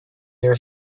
their